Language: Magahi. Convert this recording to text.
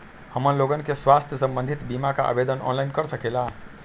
हमन लोगन के स्वास्थ्य संबंधित बिमा का आवेदन ऑनलाइन कर सकेला?